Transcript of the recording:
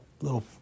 little